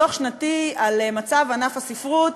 דוח שנתי על מצב ענף הספרות.